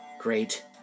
great